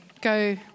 Go